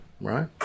right